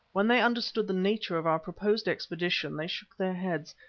when they understood the nature of our proposed expedition they shook their heads,